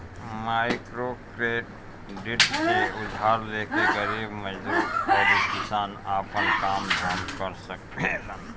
microcredit से उधार लेके गरीब मजदूर अउरी किसान आपन काम धाम कर सकेलन